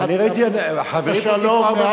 אני ראיתי חברים פה,